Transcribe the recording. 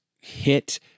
hit